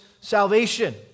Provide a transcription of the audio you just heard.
salvation